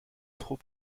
trop